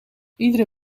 iedere